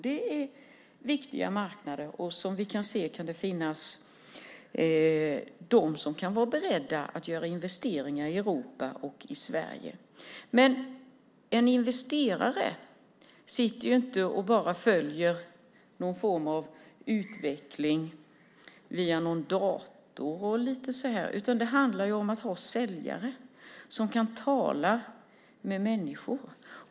Det är viktiga marknader, och som vi kan se kan det finnas de som är beredda att göra investeringar i Europa och i Sverige. Men en investerare sitter inte bara och följer någon form av utveckling via någon dator, utan det handlar om att ha säljare som kan tala med människor.